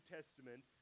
Testament